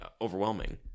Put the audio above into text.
overwhelming